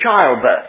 childbirth